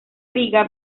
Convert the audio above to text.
liga